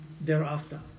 thereafter